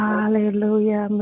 Hallelujah